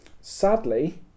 Sadly